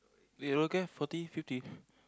eh okay forty fifty